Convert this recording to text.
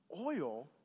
Oil